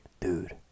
dude